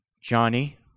Johnny